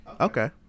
Okay